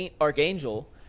archangel